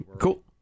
Cool